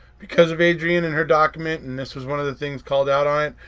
because of adrienne and her document and this was one of the things called out on it,